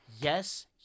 yes